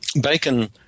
Bacon